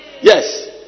Yes